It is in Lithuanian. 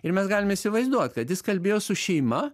ir mes galim įsivaizduot kad jis kalbėjo su šeima